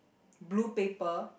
blue paper